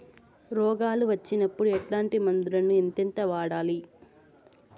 రోగాలు వచ్చినప్పుడు ఎట్లాంటి మందులను ఎంతెంత వాడాలి?